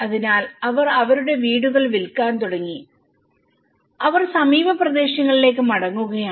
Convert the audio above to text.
അതിനാൽ അവർ അവരുടെ വീടുകൾ വിൽക്കാൻ തുടങ്ങി അവർ സമീപ പ്രദേശങ്ങളിലേക്ക് മടങ്ങുകയാണ്